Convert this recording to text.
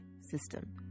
system